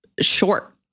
short